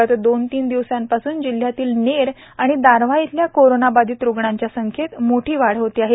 गत दोन तीन दिवसांपासून जिल्ह्यातील नेर आणि दारव्हा येथील कोरोनाबाधित रुग्णांच्या संख्येत मोठी वाढ होत आहे